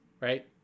right